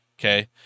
Okay